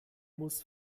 muss